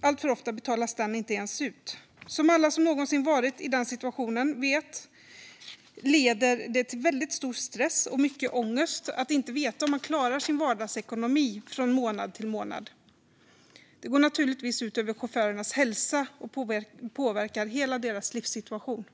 Alltför ofta betalas den inte ens ut. Som alla som någonsin varit i den situationen vet leder det till väldigt stor stress och mycket ångest att inte veta om man klarar sin vardagsekonomi från månad till månad. Det går naturligtvis ut över chaufförernas hälsa och påverkar hela deras livssituation.